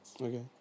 Okay